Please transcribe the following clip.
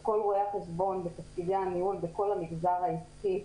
כל רואי החשבון בתפקידי הניהול בכל המגזר העסקי,